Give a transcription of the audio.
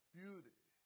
beauty